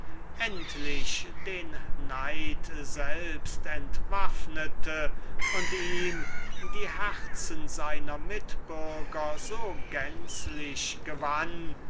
endlich so gar den neid entwaffnete und ihm die herzen seiner mitbürger so gänzlich gewanne